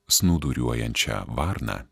snūduriuojančią varną